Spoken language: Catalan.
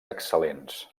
excel·lents